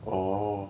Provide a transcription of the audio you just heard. orh